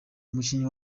umukinnyi